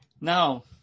Now